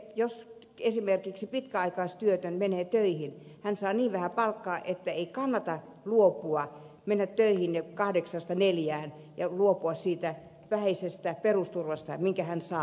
jos esimerkiksi pitkäaikaistyötön menee töihin hän saa niin vähän palkkaa että hänen ei kannata mennä töihin kahdeksasta neljään ja luopua siitä vähäisestä perusturvasta minkä hän saa